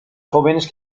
jóvenes